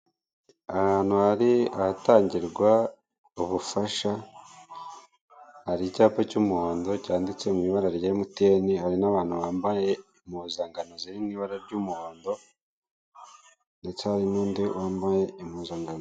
Ahantu hari ahatangirwa ubufasha hari icyapa cy'umuhondo cyanditse mu ibara rya MTN, hari n'abantu bambaye impuzankano zirimo ibara ry'umuhondo ndetse hari n'undi wambaye impuzankano.